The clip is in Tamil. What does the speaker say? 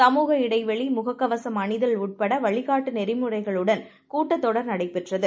சமூகஇடைவெளி முகக்கவசம்அணிதல்உள்படவழிகாட்டுநெறிமுறைகளு டன்கூட்டத்தொடர்நடைபெற்றது